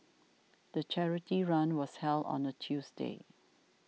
the charity run was held on a Tuesday